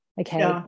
okay